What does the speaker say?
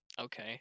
Okay